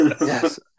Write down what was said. Yes